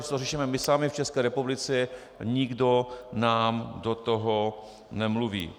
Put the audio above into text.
To si řešíme my sami v České republice, nikdo nám do toho nemluví.